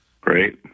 Great